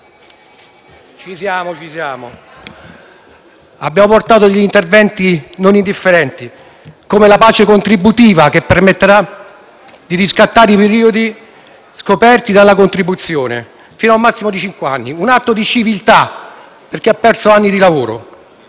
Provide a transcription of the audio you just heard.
azione politica. Abbiamo portato degli interventi non indifferenti, come la pace contributiva, che permetterà di riscattare i periodi scoperti dalla contribuzione, fino a un massimo di cinque anni; un atto di civiltà per chi ha perso anni di lavoro.